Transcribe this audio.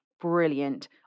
brilliant